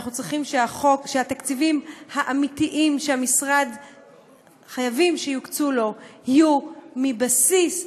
אנחנו צריכים שהתקציבים האמיתיים שיוקצו למשרד יהיו מבסיס התקציב.